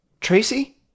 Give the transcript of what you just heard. Tracy